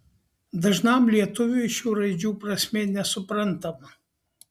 dažnam lietuviui šių raidžių prasmė nesuprantama